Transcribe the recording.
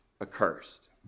accursed